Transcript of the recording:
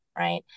Right